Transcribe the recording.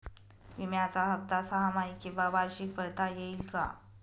विम्याचा हफ्ता सहामाही किंवा वार्षिक भरता येईल का?